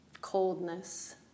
coldness